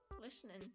listening